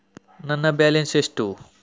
ನನ್ನ ಬ್ಯಾಲೆನ್ಸ್ ಎಷ್ಟು?